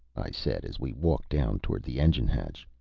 i said, as we walked down toward the engine hatch.